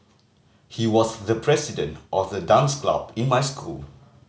he was the president of the dance club in my school